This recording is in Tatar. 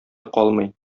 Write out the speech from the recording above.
калмый